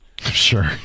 sure